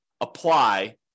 apply